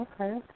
Okay